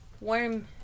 warm